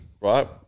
Right